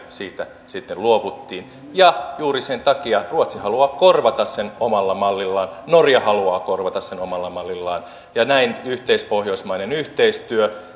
siitä sitten luovuttiin ja juuri sen takia ruotsi haluaa korvata sen omalla mallillaan norja haluaa korvata sen omalla mallillaan näin yhteispohjoismainen yhteistyö